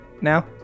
now